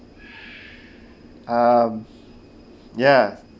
um ya